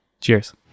Cheers